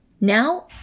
Now